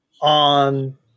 on –